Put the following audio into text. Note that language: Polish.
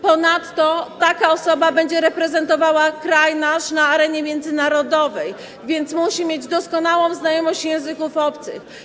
Ponadto taka osoba będzie reprezentowała nasz kraj na arenie międzynarodowej, więc musi mieć doskonałą znajomość języków obcych.